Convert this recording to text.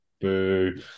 Boo